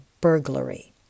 burglary